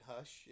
Hush